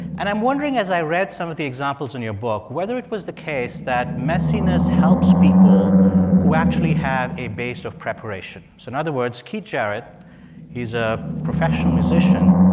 and i'm wondering as i read some of the examples in your book whether it was the case that messiness helps people who actually have a base of preparation. so in other words, keith jarrett he's a professional musician.